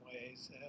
ways